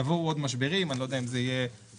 יבואו עוד משברים אני לא יודע אם זו תהיה קורונה,